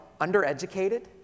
undereducated